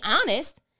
honest